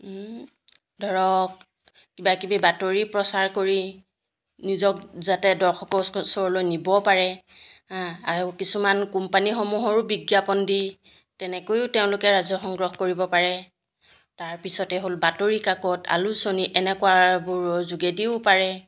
ধৰক কিবাকিবি বাতৰি প্ৰচাৰ কৰি নিজক যাতে দৰ্শকৰ ওচৰলৈ নিব পাৰে আৰু কিছুমান কোম্পানীসমূহৰো বিজ্ঞাপন দি তেনেকৈয়ো তেওঁলোকে ৰাজ্য সংগ্ৰহ কৰিব পাৰে তাৰপিছতে হ'ল বাতৰিকাকত আলোচনী এনেকুৱাবোৰৰ যোগেদিও পাৰে